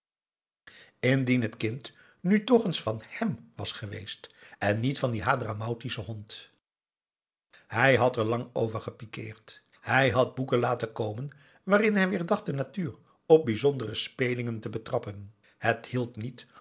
indien t kind nu toch eens van hem was geweest en niet van dien hadramautschen hond hij had er lang over gepikird hij had boeken laten komen waarin hij weer dacht de natuur op bijzondere spelingen te betrappen het hielp niet